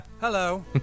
Hello